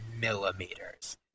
millimeters